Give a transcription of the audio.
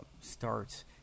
starts